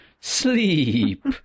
sleep